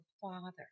father